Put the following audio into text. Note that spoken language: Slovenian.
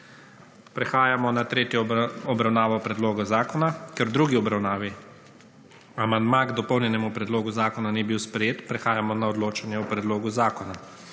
Prehajamo na tretjo obravnavo predloga zakona. Ker v drugi obravnavi amandma k dopolnjenemu predlogu zakona ni bil sprejet, prehajamo na odločanje o predlogu zakona.